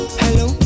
hello